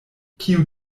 kiu